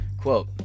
Quote